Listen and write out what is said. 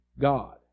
God